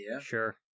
Sure